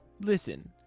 listen